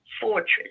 fortress